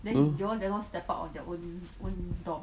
mm